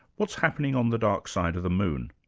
what's happening on the dark side of the moon?